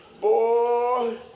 Boy